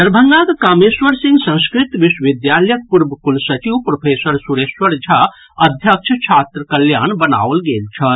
दरभंगाक कामेश्वर सिंह संस्कृत विश्वविद्यालयक पूर्व कुलसचिव प्रोफेसर सुरेश्वर झा अध्यक्ष छात्र कल्याण बनाओल गेल छथि